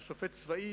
שהיה שופט צבאי,